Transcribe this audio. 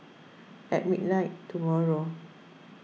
at midnight tomorrow